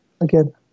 Again